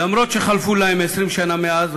למרות שחלפו להן 20 שנה מאז,